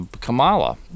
Kamala